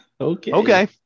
okay